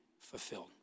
fulfilled